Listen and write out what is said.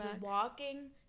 walking